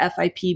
FIP